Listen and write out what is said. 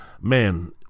man